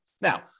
Now